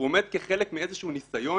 הוא עומד כחלק מאיזשהו ניסיון